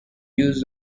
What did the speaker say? use